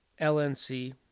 LNC